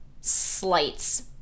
slights